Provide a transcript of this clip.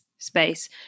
space